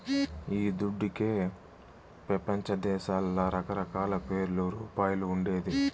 ఈ దుడ్డుకే పెపంచదేశాల్ల రకరకాల పేర్లు, రూపాలు ఉండేది